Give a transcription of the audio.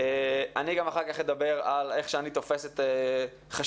אני אחר כך אומר איך אני תופס את חשיבותה